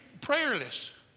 prayerless